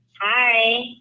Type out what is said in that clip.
Hi